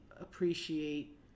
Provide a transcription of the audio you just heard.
appreciate